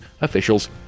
officials